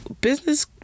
Business